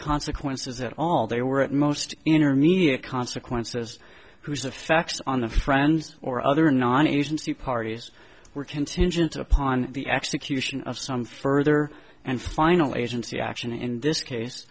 consequences at all they were at most intermediate consequences whose the facts on the friends or other non agency parties were contingent upon the execution of some further and finally agency action in this case